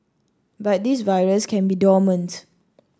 but this virus can be dormant